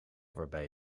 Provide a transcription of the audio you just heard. waarbij